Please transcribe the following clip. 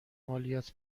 مالیات